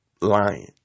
lying